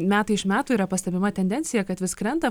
metai iš metų yra pastebima tendencija kad vis krenta